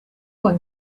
one